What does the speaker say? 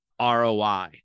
ROI